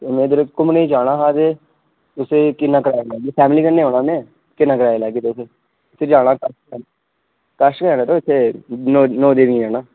मैं घुम्मने गी जाना हा ते दस्सो किन्ना कराया लैगे फैमली कन्ने जाना मैं किन्ना कराया लैगे तुस उत्थै जाना कश गै जाना उत्थै नौ नौ देवियां जाना